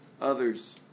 others